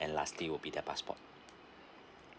and lastly will be their passport